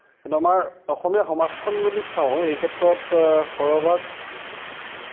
কিন্তু আমাৰ অসমীয়া সমাজখন যদি চাওঁ এই ক্ষেত্ৰত সৰহভাগ